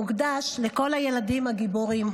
מוקדש לכל הילדים הגיבורים.